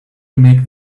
make